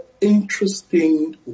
interesting